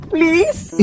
Please